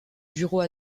bureaux